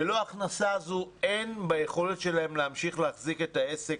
ללא ההכנסה הזו אין ביכולת שלהם להמשיך להחזיק את העסק,